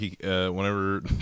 whenever